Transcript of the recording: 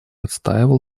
отстаивал